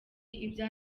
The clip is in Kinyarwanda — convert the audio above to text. ibyo